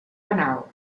penal